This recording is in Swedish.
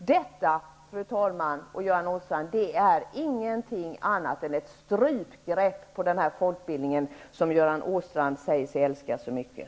Detta, fru talman och Göran Åstrand, är ingenting annat än ett strypgrepp på den folkbildning som Göran Åstrand säger sig älska så mycket.